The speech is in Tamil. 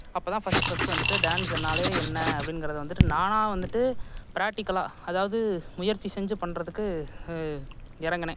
அப்போ தான் ஃபர்ஸ்ட் ஃபர்ஸ்ட் வந்துட்டு டான்ஸுனாலே என்ன அப்படிங்குறத வந்துட்டு நானாக வந்துட்டு பிராக்டிகலாக அதாவது முயற்சி செஞ்சு பண்ணுறதுக்கு இறங்குனேன்